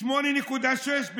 8.6% בבריטניה,